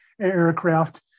aircraft